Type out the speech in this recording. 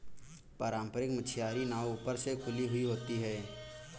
पारम्परिक मछियारी नाव ऊपर से खुली हुई होती हैं